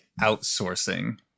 outsourcing